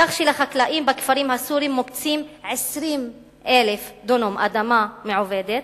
כך שלחקלאים בכפרים הסוריים מוקצים 20,000 דונם אדמה מעובדת,